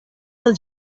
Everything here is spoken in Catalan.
del